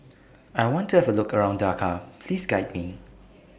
I want to Have A Look around Dakar Please Guide Me